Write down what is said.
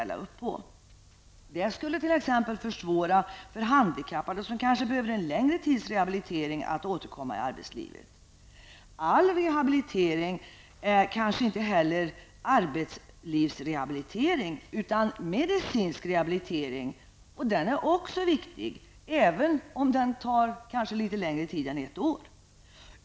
Det skulle t.ex. försvåra för handikappade, vilka kanske behöver en längre tids rehabilitering, att återkomma till arbetslivet. All rehabilitering är kanske inte heller arbetslivsrehabilitering, utan kan vara fråga om medicinsk rehabilitering. Den är också viktig, även om den kanske tar litet längre tid än ett år.